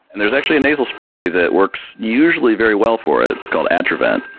and there's actually a nasal spray that works usually very well for it. it's called atrovent.